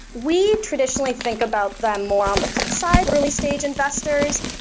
we traditionally think about them more on the side early-stage investors.